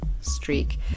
streak